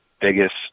biggest